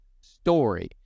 Story